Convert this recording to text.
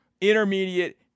intermediate